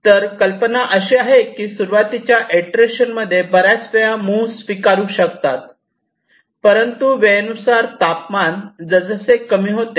तर कल्पना अशी आहे की सुरुवातीच्या इटरेशन मध्ये बर्याच वेळा मूव्ह स्वीकारू शकता परंतु वेळेनुसार तापमान जसजसे तापमान कमी कमी होते